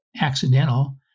accidental